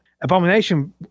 Abomination